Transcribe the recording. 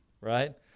right